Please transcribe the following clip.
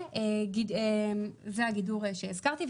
זה הגידור שהזכרתי,